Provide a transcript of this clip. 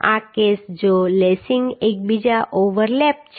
આ કેસ જો lacings એકબીજા ઓવરલેપ છે